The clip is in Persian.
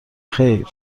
خیر